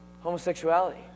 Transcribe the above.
Homosexuality